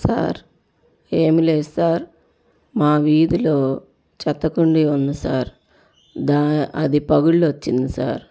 sir ఏం లేదు sir మా వీధిలో చెత్తకుండి ఉంది సార్ దానిలో అదిపగుళ్ళు వచ్చింది సార్